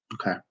Okay